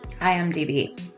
IMDb